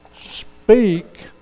speak